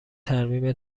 ترمیم